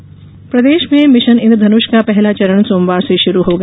mission Indradhanush प्रदेश में mission Indradhanush का पहला चरण सोमवार से शुरू होगा